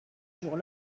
jour